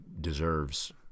deserves